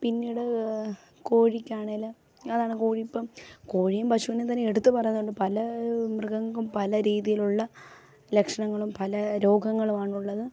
പിന്നീട് കോഴിക്കാണേല് അതാണ് കോഴി ഇപ്പം കോഴിയും പശുവിനേയും തന്നെ എടുത്ത് പറയുന്നത് കൊണ്ട് പല മൃഗങ്ങൾക്കും പലരീതിയിലുള്ള ലക്ഷണങ്ങളും പല രോഗങ്ങളുമാണുള്ളത്